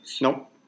Nope